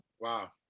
Wow